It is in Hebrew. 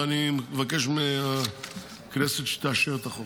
ואני מבקש מהכנסת שתאשר את החוק.